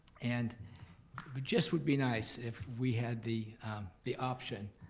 and but just would be nice if we had the the option